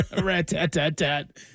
Rat-tat-tat-tat